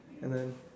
and then